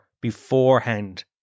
beforehand